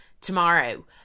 tomorrow